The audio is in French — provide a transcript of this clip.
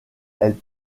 elles